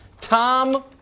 Tom